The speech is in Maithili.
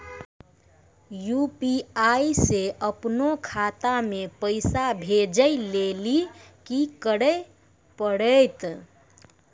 यू.पी.आई से अपनो खाता मे पैसा भेजै लेली कि करै पड़तै?